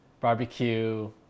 barbecue